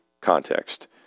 context